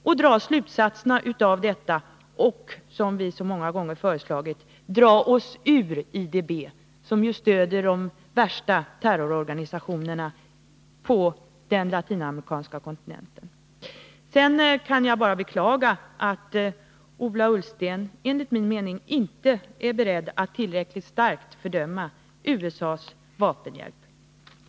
Och bör vi inte dra slutsaterna av detta och, som vi så många gånger har föreslagit, dra oss ur IDB som stöder de värsta terrororganisationerna på den latinamerikanska kontinenten? Jag beklagar att Ola Ullsten inte är beredd att tillräckligt starkt fördöma USA:s vapenhjälp till El Salvador.